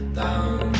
down